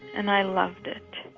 and i loved it.